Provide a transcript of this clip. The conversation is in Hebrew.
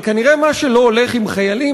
אבל כנראה מה שלא הולך עם חיילים,